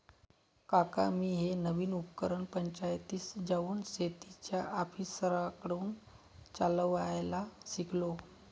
काका मी हे नवीन उपकरण पंचायतीत जाऊन शेतीच्या ऑफिसरांकडून चालवायला शिकलो